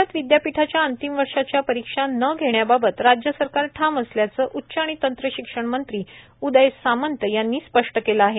राज्यात विदयापीठांच्या अंतिम वर्षाच्या परीक्षा न घेण्याबाबत राज्य सरकार ठाम असल्याचं उच्च आणि तंत्रशिक्षण मंत्री उदय सामंत यांनी स्पष्ट केलं आहे